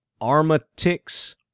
Armatix